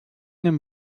den